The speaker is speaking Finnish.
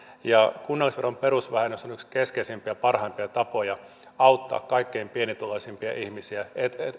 kunnallisveron perusvähennys on yksi keskeisimpiä parhaimpia tapoja auttaa kaikkein pienituloisimpia ihmisiä